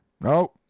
no